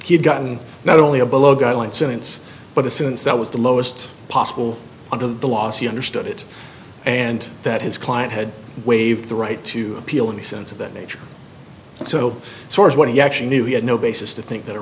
he had gotten not only a blow guideline sentence but a sense that was the lowest possible under the law she understood it and that his client had waived the right to appeal any sense of that nature so source when he actually knew he had no basis to think that